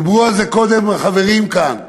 דיברו על זה קודם החברים כאן,